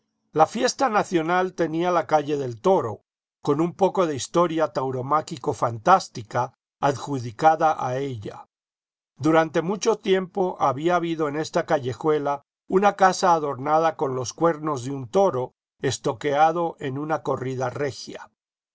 la fiesta nacional tenía la calle del toro con un poco de historia tauromáquico fantástica adjudicada a ella durante mucho tiempo había habido en esta callejuela una casa adornada con los cuernos de un toro estoqueado en una corrida regia